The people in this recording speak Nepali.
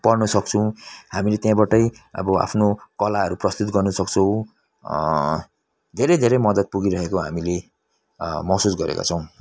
पढ्नु सक्छौँ हामीले त्यहीबाटै अब आफ्नो कलाहरू प्रस्तुत गर्न सक्छौँ धेरै धेरै मद्दत पुगिरहेको हामीले महसुस गरेका छौँ